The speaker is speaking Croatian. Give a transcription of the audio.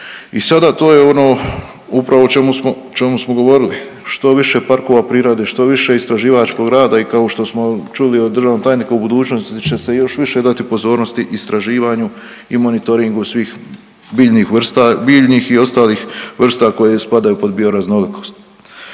I sada to je ono upravo o čemu smo, o čemu smo govorili, što više parkova prirode, što više istraživačkog rada i kao što smo čuli od državnog tajnika u budućnosti će se još više dati pozornosti istraživanju i monitoringu svih biljnih vrsta, biljnih i ostalih vrsta koje spadaju pod bioraznolikost.